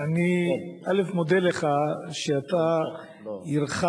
אני מודה לך על שהרחבת,